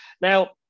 Now